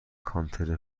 کانتر